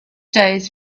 days